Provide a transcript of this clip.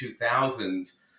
2000s